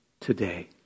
today